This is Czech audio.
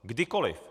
Kdykoliv.